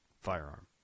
firearm